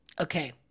Okay